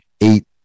eight